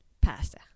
pasta